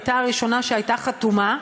הייתה הראשונה שהייתה חתומה.